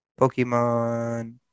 Pokemon